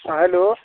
हाँ हेलो